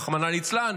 רחמנא ליצלן.